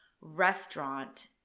restaurant